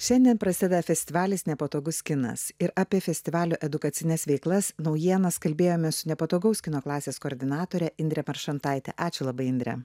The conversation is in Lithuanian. šiandien prasideda festivalis nepatogus kinas ir apie festivalio edukacines veiklas naujienas kalbėjomės su nepatogaus kino klasės koordinatorė indrė maršantaitė ačiū labai indrę